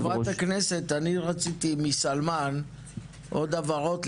חברת הכנסת אני רציתי מסלמאן עוד הבהרות.